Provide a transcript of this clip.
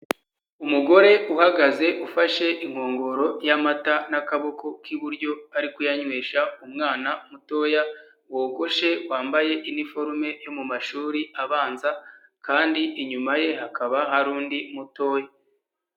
Umugore uhagaze ufashe inkongoro y'amata n'akaboko k'iburyo ari kuyanywesha umwana mutoya, wogoshe wambaye iniforume yo mu mashuri abanza, kandi inyuma ye hakaba hari undi mutoya.